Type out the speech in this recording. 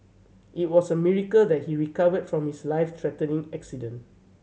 it was a miracle that he recovered from his life threatening accident